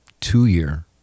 two-year